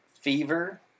fever